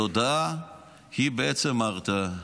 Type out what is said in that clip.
התודעה היא בעצם ההרתעה.